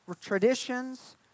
traditions